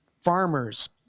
farmers